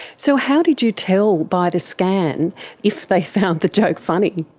so how did you tell by the scan if they found the joke funny?